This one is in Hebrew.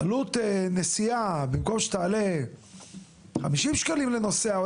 עלות נסיעה במקום שתעלה 50 שקלים לנוסע,